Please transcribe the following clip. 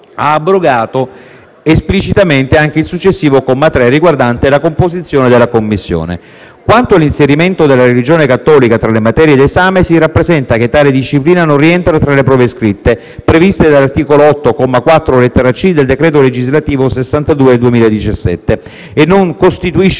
ha abrogato esplicitamente anche il successivo comma 3, riguardante la composizione della commissione. Quanto all'inserimento della religione cattolica tra le materie d'esame, si rappresenta che tale disciplina non rientra tra le prove scritte, previste all'articolo 8, comma 4, lettera *c)*, del decreto legislativo n. 62 del 2017, e non costituisce